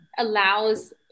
allows